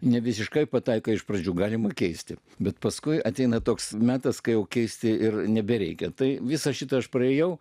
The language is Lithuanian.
ne visiškai pataikai iš pradžių galima keisti bet paskui ateina toks metas kai keisti ir nebereikia tai visą šitą aš praėjau